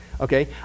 okay